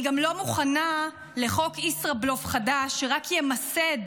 אני גם לא מוכנה לחוק ישראבלוף חדש שרק ימסד